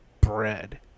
bread